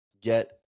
get